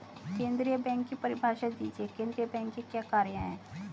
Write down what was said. केंद्रीय बैंक की परिभाषा दीजिए केंद्रीय बैंक के क्या कार्य हैं?